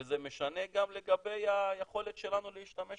וזה משנה גם לגבי היכולת שלנו להשתמש